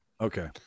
Okay